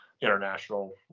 international